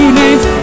names